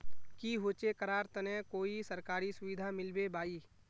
की होचे करार तने कोई सरकारी सुविधा मिलबे बाई?